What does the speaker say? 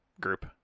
group